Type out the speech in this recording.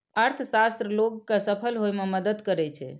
अर्थशास्त्र लोग कें सफल होइ मे मदति करै छै